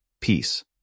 peace